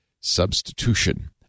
substitution